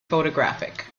photographic